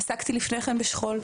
עסקתי לפני כן בשכול.